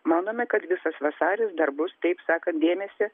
manome kad visas vasaris dar bus taip sakant dėmesį